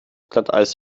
glatteis